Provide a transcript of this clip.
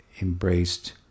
embraced